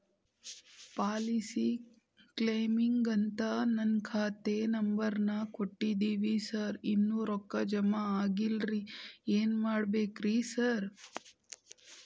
Policy ಕ್ಲೇಮಿಗಂತ ನಾನ್ ಖಾತೆ ನಂಬರ್ ನಾ ಕೊಟ್ಟಿವಿನಿ ಸಾರ್ ಇನ್ನೂ ರೊಕ್ಕ ಜಮಾ ಆಗಿಲ್ಲರಿ ಏನ್ ಮಾಡ್ಬೇಕ್ರಿ ಸಾರ್?